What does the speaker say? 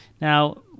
Now